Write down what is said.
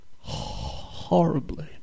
horribly